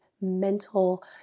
mental